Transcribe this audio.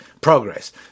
progress